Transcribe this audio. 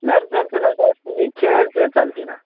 मॅरेथॉनचं नाही जास्ती ते खेळाचं चालतं आहे ना